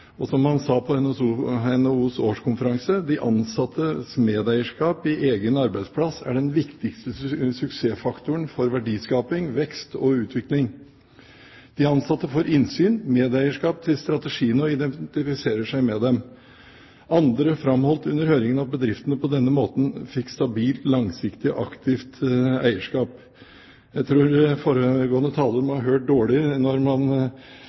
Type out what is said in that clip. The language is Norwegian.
engasjement. Som han sa på NHOs årskonferanse: «De ansattes medeierskap i egen arbeidsplass er den viktigste suksessfaktoren for verdiskaping, vekst og utvikling.» De ansatte får innsyn, medeierskap til strategiene og identifiserer seg med dem. Andre framholdt under høringen at bedriftene på denne måten fikk et stabilt, langsiktig og aktivt eierskap. Jeg tror foregående taler må ha hørt dårlig når man sier at det